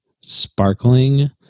Sparkling